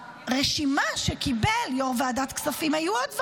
ברשימה שקיבל יו"ר ועדת הכספים היו עוד דברים: